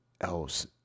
else